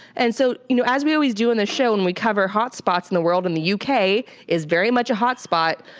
and so, you know as we always do on the show and we cover hotspots in the world, and the yeah uk is very much a hot spot.